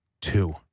two